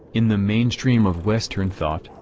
in the mainstream of western thought,